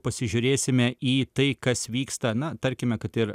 pasižiūrėsime į tai kas vyksta na tarkime kad ir